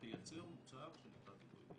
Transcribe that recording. שתייצר מוצר שנקרא זיכוי מיידי.